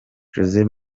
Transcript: josé